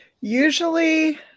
usually